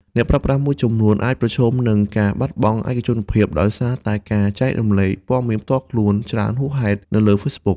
អ្នកប្រើប្រាស់មួយចំនួនអាចប្រឈមនឹង ការបាត់បង់ឯកជនភាព ដោយសារតែការចែករំលែកព័ត៌មានផ្ទាល់ខ្លួនច្រើនហួសហេតុនៅលើ Facebook។